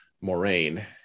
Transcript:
Moraine